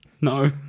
No